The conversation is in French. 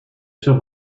sur